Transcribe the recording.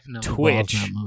twitch